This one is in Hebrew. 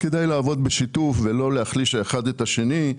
כדאי לעבוד בשיתוף ולא להחליש האחד את השני.